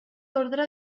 ordre